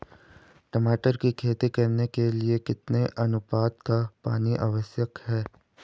टमाटर की खेती करने के लिए कितने अनुपात का पानी आवश्यक है?